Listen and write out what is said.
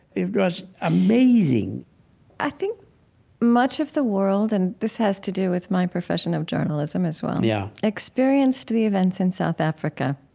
it was amazing i think much of the world, and this has to do with my profession of journalism as well, yeah, experienced the events in south africa,